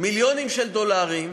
מיליונים של דולרים,